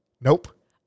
Nope